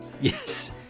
Yes